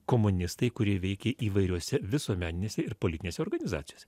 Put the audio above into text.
komunistai kurie veikė įvairiose visuomeninėse ir politinėse organizacijose